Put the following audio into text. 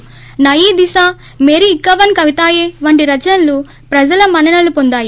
నయీ దిషా మేరీ ఇక్కావన కవితాయే వంటి రచనలు ప్రజల మన్న నలు పొందాయి